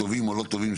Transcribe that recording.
טובים או לא טובים,